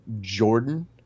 Jordan